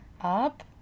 up